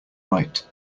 right